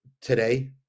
today